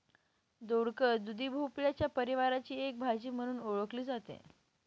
दोडक, दुधी भोपळ्याच्या परिवाराची एक भाजी म्हणून ओळखली जाते